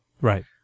Right